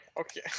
Okay